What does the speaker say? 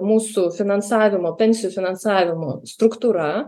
mūsų finansavimo pensijų finansavimo struktūra